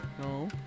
No